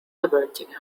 averting